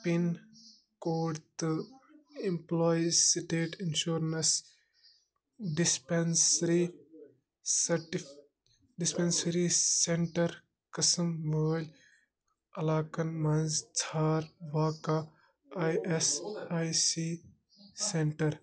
pin code تہٕ employees state insurance dispensary سَٹہِ dispensary centre قٕسم وٲلۍ علاقن مَنٛز ژھار واقع E S I C centre